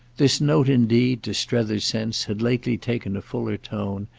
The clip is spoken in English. this note indeed, to strether's sense, had lately taken a fuller tone,